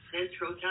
Central